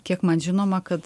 kiek man žinoma kad